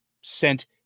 sent